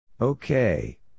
Okay